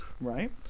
Right